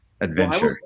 adventure